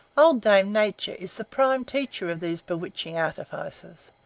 old dame nature is the prime teacher of these bewitching artifices.